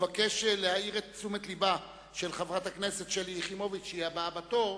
ומבקש להאיר את תשומת לבה של חברת הכנסת שלי יחימוביץ שהיא הבאה בתור,